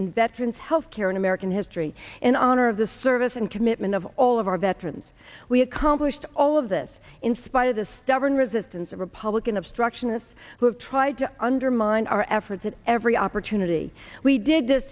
in veterans health care in american history in honor of the service and commitment of all of our veterans we accomplished all of this in spite of the stubborn resistance of republican obstructionists who have tried to undermine our efforts at every opportunity we did this